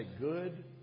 good